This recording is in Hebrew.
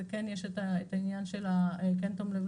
וכן יש את העניין של כן תום לב,